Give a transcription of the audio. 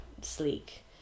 sleek